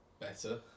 better